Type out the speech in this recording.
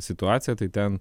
situaciją tai ten